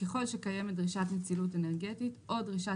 ככל שקיימת דרישת נצילות אנרגטית או דרישת